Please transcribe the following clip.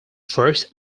first